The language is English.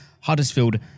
Huddersfield